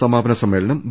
സമാപന സമ്മേളനം വി